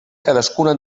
cadascuna